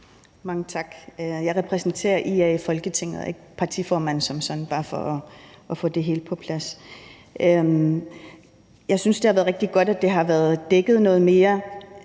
Mange tak. Jeg repræsenterer IA i Folketinget, jeg er ikke partiformand. Det er bare for at få det helt på plads. Jeg synes, det har været rigtig godt, at det har været dækket noget mere.